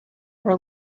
were